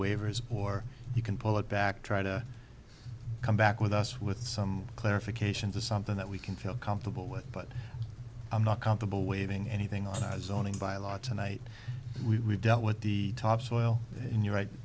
waivers or you can pull it back try to come back with us with some clarification to something that we can feel comfortable with but i'm not countable waving anything on as owning by law tonight we dealt with the topsoil and you're